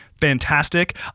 fantastic